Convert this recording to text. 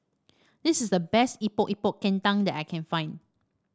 this is the best Epok Epok Kentang that I can find